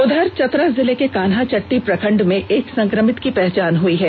उधर चतरा जिले के कान्हाचट्टी प्रखंड में एक संक्रमित की पहचान हुई है